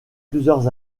plusieurs